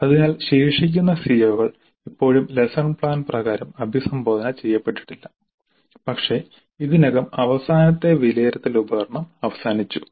അതിനാൽ ശേഷിക്കുന്ന സിഒകൾ ഇപ്പോഴും ലെസ്സൺ പ്ലാൻ പ്രകാരം അഭിസംബോധന ചെയ്യപ്പെട്ടിട്ടില്ല പക്ഷേ ഇതിനകം അവസാനത്തെ വിലയിരുത്തൽ ഉപകരണം അവസാനിച്ചു